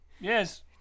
Yes